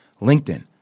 LinkedIn